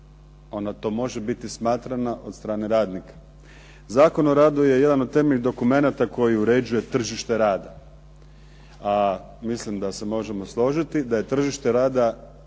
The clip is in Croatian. Ona to može biti smatrana od strane radnika. Zakon o radu je jedan od temeljnih dokumenata koji uređuje tržište rada, a mislim da se možemo složiti da je tržište rada